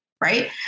Right